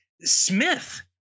Smith